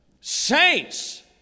saints